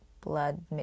blood